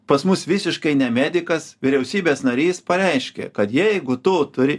pas mus visiškai ne medikas vyriausybės narys pareiškė kad jeigu tu turi